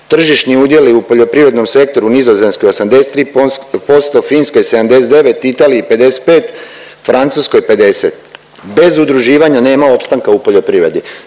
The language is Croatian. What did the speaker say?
Tržišni udjeli u poljoprivrednom sektoru u Nizozemskoj 83%, Finske 79, Italiji 55, Francuskoj 50. Bez udruživanja nema opstanka u poljoprivredi.